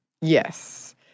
Yes